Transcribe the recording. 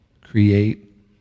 create